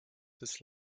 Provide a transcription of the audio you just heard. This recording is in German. des